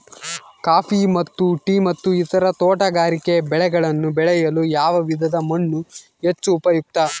Coffee ಮತ್ತು tea ಮತ್ತು ಇತರ ತೋಟಗಾರಿಕೆ ಬೆಳೆಗಳನ್ನು ಬೆಳೆಯಲು ಯಾವ ವಿಧದ ಮಣ್ಣು ಹೆಚ್ಚು ಉಪಯುಕ್ತ?